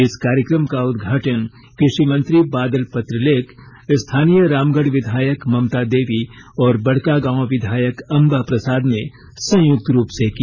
इस कार्यक्रम का उद्घाटन कृषि मंत्री बादल पत्रलेख स्थानीय रामगढ़ विधायक ममता देवी और बड़कागांव विधायक अंबा प्रसाद ने संयुक्त रूप से किया